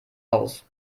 aus